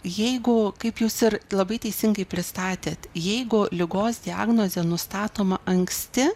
jeigu kaip jūs ir labai teisingai pristatėt jeigu ligos diagnozė nustatoma anksti